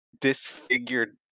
disfigured